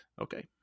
okay